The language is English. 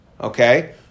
Okay